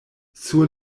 sur